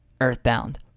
Earthbound